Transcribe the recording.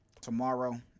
tomorrow